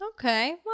Okay